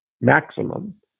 maximum